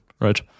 right